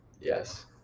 Yes